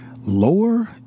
Lower